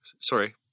sorry